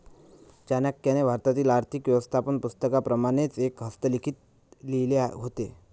चाणक्याने भारतातील आर्थिक व्यवस्थापन पुस्तकाप्रमाणेच एक हस्तलिखित लिहिले होते